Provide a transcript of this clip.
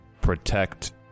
protect